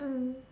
mm